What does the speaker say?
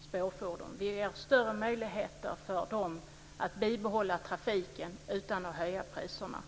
spårfordon. Det gör större möjligheter för dem att bibehålla trafiken utan att höja priserna.